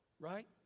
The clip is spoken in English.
right